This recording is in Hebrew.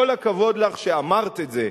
כל הכבוד לך שאמרת את זה.